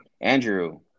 Andrew